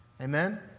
Amen